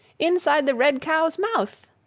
inside the red cow's mouth!